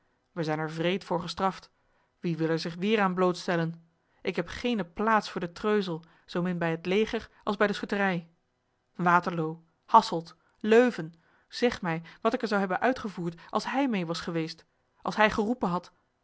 we zijn er wreed voor gestraft wie wil er zich weêr aan blootstellen ik heb geene plaats voor den treuzel zoo min bij het leger als bij de schutterij waterloo hasselt leuven zeg mij wat ik er zou hebben uitgevoerd als hij meê was geweest als hij geroepen had